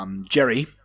Jerry